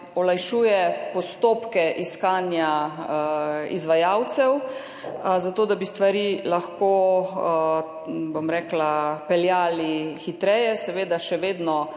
olajšuje postopke iskanja izvajalcev, zato da bi stvari lahko peljali hitreje, seveda še vedno